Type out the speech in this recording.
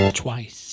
twice